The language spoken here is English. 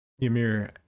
ymir